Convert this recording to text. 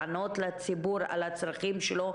לענות לציבור על הצרכים שלו,